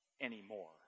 anymore